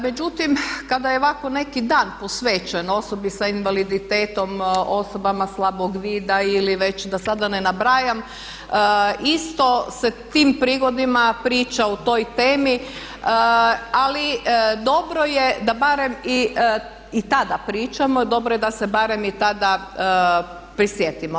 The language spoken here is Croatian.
Međutim, kada je ovako neki dan posvećen osobi sa invaliditetom, osobama slabog vida ili već da sada ne nabrajam isto se tim prigodama priča o toj temi ali dobro je da barem i tada pričamo i dobro je da se barem tada prisjetimo.